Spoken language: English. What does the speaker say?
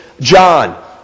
John